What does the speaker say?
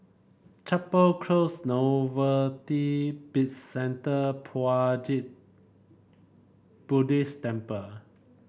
Chapel Close Novelty Bizcentre Puat Jit Buddhist Temple